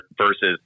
versus